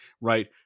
right